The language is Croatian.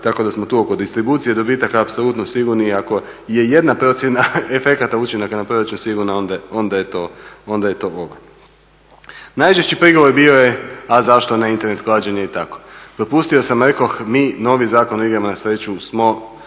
Tako da smo tu oko distribucije dobitaka apsolutno sigurni i ako je jedna procjena efekata učinaka na proračun sigurna, onda je to ova. Najčešći prigovor bio je a zašto ne internet klađenje i tako. Propustio sam rekoh, mi novi Zakon o igrama na sreću smo